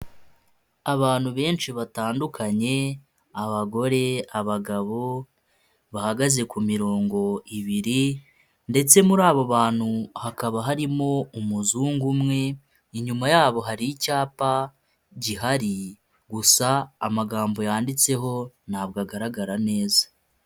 Abantu benshi batandukanye abagore, abagabo bahagaze ku mirongo ibiri ndetse muri abo bantu hakaba harimo umuzungu umwe inyuma yabo hari icyapa gihari gusa amagambo yanditseho ntabwo agaragara neza.